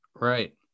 Right